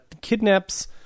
kidnaps